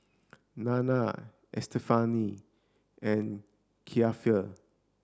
Nanna Estefany and Kiefer